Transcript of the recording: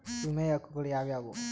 ವಿಮೆಯ ಹಕ್ಕುಗಳು ಯಾವ್ಯಾವು?